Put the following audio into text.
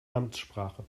amtssprache